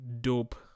dope